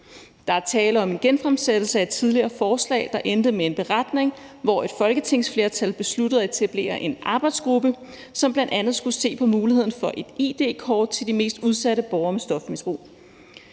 Der er tale om en genfremsættelse af et tidligere forslag, der endte med en beretning, hvor et folketingsflertal besluttede at etablere en arbejdsgruppe, som bl.a. skulle se på muligheden for et id-kort til de mest udsatte borgere med stofmisbrug.